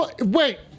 Wait